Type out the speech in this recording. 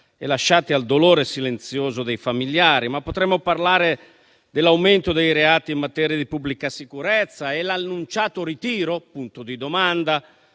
e lasciati al dolore silenzioso dei familiari. Potremmo anche parlare dell'aumento dei reati in materia di pubblica sicurezza e dell'annunciato ritiro - punto di domanda